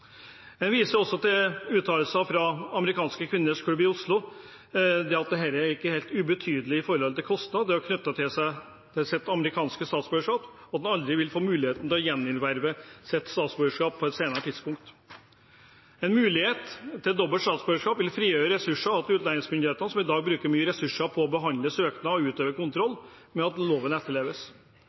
til en høringsuttalelse fra American Women’s Club of Oslo, som framhever at det er ikke ubetydelige kostnader knyttet til å si fra seg sitt amerikanske statsborgerskap, og at en aldri vil få mulighet til å gjenerverve sitt statsborgerskap på et senere tidspunkt. En mulighet for dobbelt statsborgerskap vil frigjøre ressurser hos utlendingsmyndighetene, som i dag bruker store ressurser på å behandle søknader og utøve kontroll med at loven etterleves.